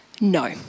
No